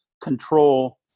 control